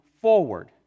forward